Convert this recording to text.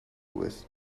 with